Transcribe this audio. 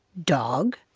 dog,